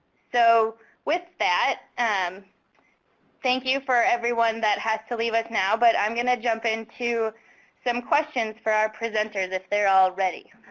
so with that, um thank you for everyone that has to leave us now. but i'm going to jump into some questions for our presenters, if they're all ready.